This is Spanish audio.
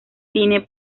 cine